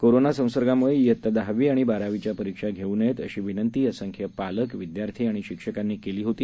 कोरोनासंसर्गाम्ळेइयतादहावीआणिबारावीच्यापरीक्षाघेऊनयेतअशीविनंतीअसंख्यपालक विदयार्थीआणिशिक्षकांनीकेलीहोती